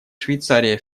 швейцария